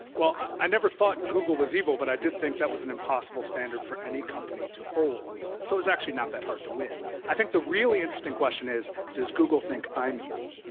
well, i never thought google was evil, but i did think that was an impossible standard for any company to hold, so it was actually not that hard to win. i think the really interesting question is, does google think i'm evil.